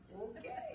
Okay